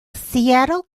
seattle